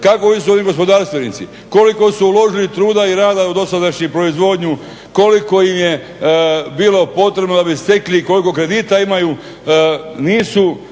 kakvi su oni gospodarstvenici, koliko su uložili truda i rada u dosadašnju proizvodnju, koliko ih je bilo potrebno da bi stekli i koliko kredita imaju nisu